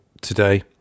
today